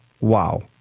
Wow